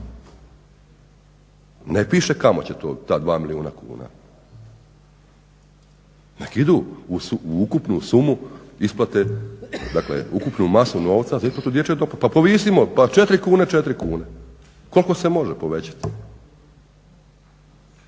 Ne piše kamo će ta 2 milijuna kuna. Nek idu u ukupnu sumu isplate, dakle ukupnu masu novca za isplatu dječjeg doplatka. Pa povisimo, pa 4 kune, 4 kune, koliko se može povećati.